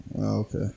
Okay